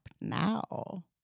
now